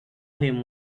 him